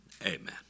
Amen